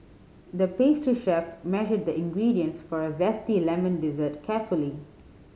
the pastry chef measured the ingredients for a zesty lemon dessert carefully